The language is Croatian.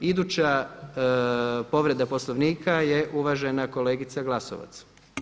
Iduća povreda Poslovnika je uvažena kolegica Glasovac.